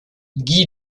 guy